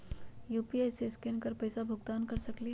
UPI से scan कर पईसा भुगतान कर सकलीहल?